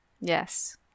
Yes